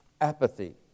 apathy